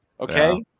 okay